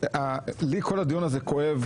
לי כל הדיון הזה כואב,